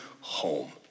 home